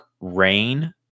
rain